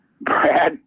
Brad